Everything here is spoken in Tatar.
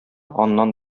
аннан